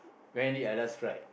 when did I last cried